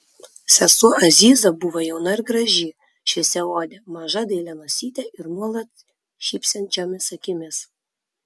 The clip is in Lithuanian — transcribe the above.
sesuo aziza buvo jauna ir graži šviesiaodė maža dailia nosyte ir nuolat šypsančiomis akimis